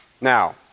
Now